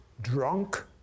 drunk